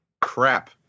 crap